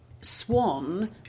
Swan